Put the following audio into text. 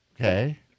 Okay